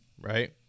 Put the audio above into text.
right